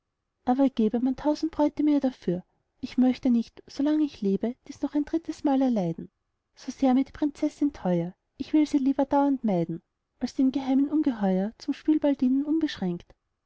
aber gäbe man tausend bräute mir dafür ich möchte nicht solang ich lebe dies noch ein drittes mal erleiden so sehr mir die prinzessin teuer ich will sie lieber dauernd meiden als dem geheimen ungeheuer zum spielball dienen unbeschränkt